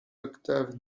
octave